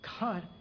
God